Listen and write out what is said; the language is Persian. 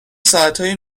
ساعتای